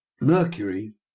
Mercury